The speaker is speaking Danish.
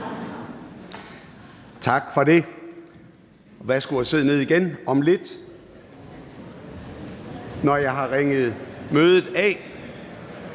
Tak for det. Værsgo at sidde ned igen. Når jeg har ringet mødet af